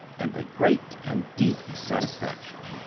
and a great and deep satisfaction.